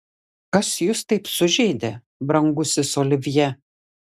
kas jūs taip sužeidė brangusis olivjė